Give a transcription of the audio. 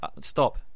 stop